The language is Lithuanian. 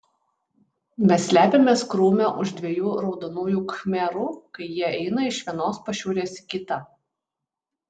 mes slepiamės krūme už dviejų raudonųjų khmerų kai jie eina iš vienos pašiūrės į kitą